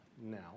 now